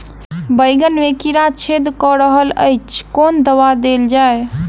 बैंगन मे कीड़ा छेद कऽ रहल एछ केँ दवा देल जाएँ?